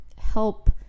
help